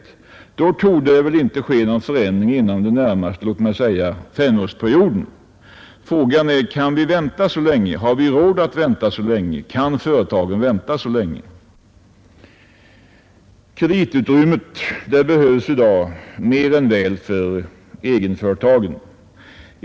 I så fall torde det inte ske någon förändring inom den närmaste låt mig säga femårsperioden. Kan vi vänta så länge? Har vi råd att vänta så länge? Kan företagen vänta så länge? Kreditutrymmet behövs i dag mer än väl för egenföretagen.